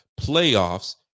playoffs